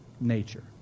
Nature